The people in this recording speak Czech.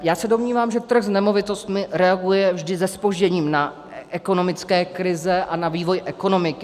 Já se domnívám, že trh s nemovitostmi reaguje vždy se zpožděním na ekonomické krize a na vývoj ekonomiky.